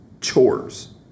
chores